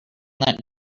that